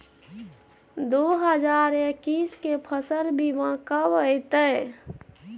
दु हजार एक्कीस के फसल बीमा कब अयतै?